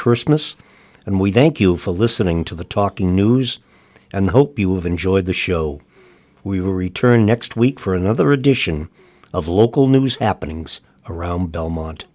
christmas and we thank you for listening to the talking news and hope you have enjoyed the show we will return next week for another edition of local news happenings around belmont